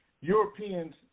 Europeans